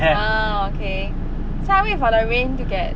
orh okay so I wait for the rain to get